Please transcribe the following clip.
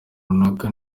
runaka